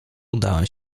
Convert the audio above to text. udałem